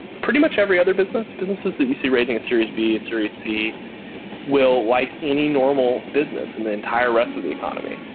pretty much every other business, businesses that you see raising a series b, a series c will, like any normal business in the entire rest of the economy,